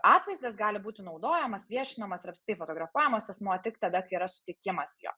atvaizdas gali būti naudojamas viešinamas ir apskritai fotografuojamas asmuo tik tada kai yra sutikimas jo